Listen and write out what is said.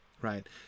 Right